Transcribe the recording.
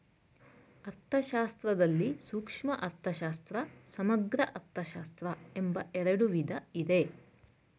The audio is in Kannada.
ಅರ್ಥಶಾಸ್ತ್ರದಲ್ಲಿ ಸೂಕ್ಷ್ಮ ಅರ್ಥಶಾಸ್ತ್ರ, ಸಮಗ್ರ ಅರ್ಥಶಾಸ್ತ್ರ ಎಂಬ ಎರಡು ವಿಧ ಇದೆ